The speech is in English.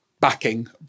backing